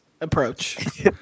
approach